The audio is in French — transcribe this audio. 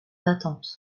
d’attente